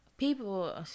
People